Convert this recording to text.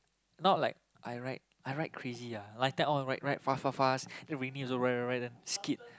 not like I ride I ride crazy ah like tight all ride fast fast fast then rainy also ride ride ride then skid